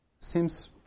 seems